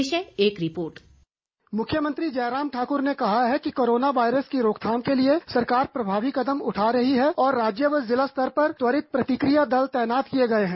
पेश है एक रिपोर्ट डिस्पैच मुख्यमंत्री जयराम ठाकर ने कहा है कि कोरोना वायरस की रोकथाम के लिए सरकार प्रभावी कदम उठा रही है और राज्य व जिला स्तर पर त्वरित प्रतिक्रिया दल तैनात किए गए है